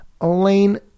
Elaine